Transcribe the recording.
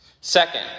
Second